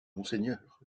monseigneur